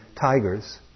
tigers